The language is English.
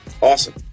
Awesome